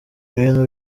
ibintu